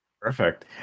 Perfect